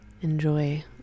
Enjoy